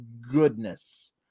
goodness